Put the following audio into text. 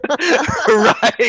Right